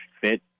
fit